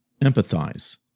empathize